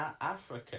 Africa